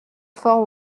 fort